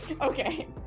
Okay